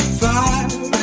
fire